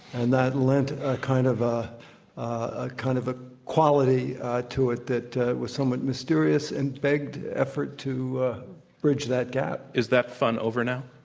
and that lent a kind of ah a kind of a quality to it that was somewhat mysterious and begged effort to bridge that gap. is that fun over now?